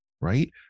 right